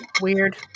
Weird